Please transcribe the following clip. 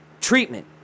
treatment